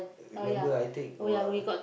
uh remember I take what